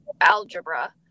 algebra